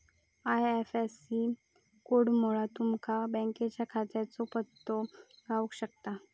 IFSC कोडमुळा तुमका बँकेच्या शाखेचो पत्तो गाव शकता